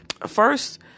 first